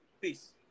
Peace